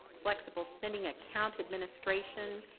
flexible spending account administration.